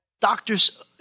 Doctors